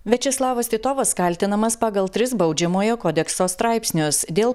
viačeslavas titovas kaltinamas pagal tris baudžiamojo kodekso straipsnius dėl